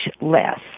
less